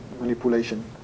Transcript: manipulation